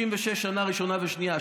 66% שנה ראשונה ושנייה,